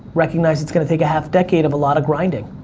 recognize it's gonna take a half decade of a lot of grinding.